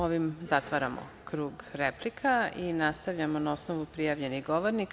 Ovim zatvaramo krug replika i nastavljamo na osnovu prijavljenih govornika.